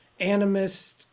animist